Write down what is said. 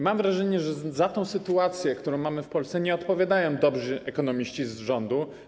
Mam wrażenie, że za sytuację, którą mamy w Polsce, nie odpowiadają dobrzy ekonomiści z rządu.